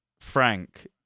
Frank